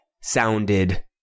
sounded